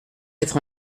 quatre